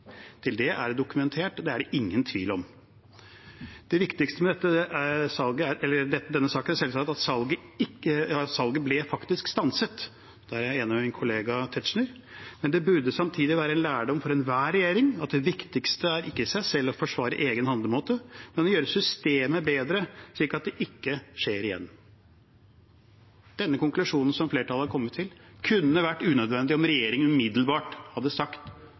Det er dokumentert, og det er det ingen tvil om. Det viktigste med denne saken er selvsagt at salget faktisk ble stanset. Der er jeg enig med min kollega Tetzschner. Samtidig burde det være en lærdom for enhver regjering at det viktigste er ikke i seg selv å forsvare egen handlemåte, men å gjøre systemet bedre, slik at det ikke skjer igjen. Denne konklusjonen som flertallet har kommet til, kunne vært unødvendig om regjeringen umiddelbart hadde sagt